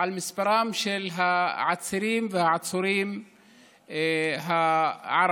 למספרם של העצירים והעצורים הערבים